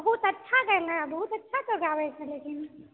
बहुत अच्छा गयलें बहुत अच्छा तूँ गाबै छें लेकिन